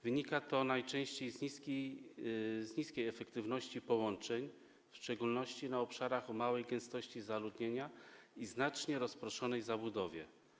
Wynika to najczęściej z niskiej efektywności połączeń, w szczególności na obszarach o małej gęstości zaludnienia i znacznie rozproszonej zabudowie.